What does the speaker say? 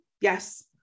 Yes